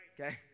Okay